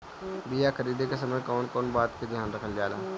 बीया खरीदे के समय कौन कौन बात के ध्यान रखल जाला?